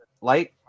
light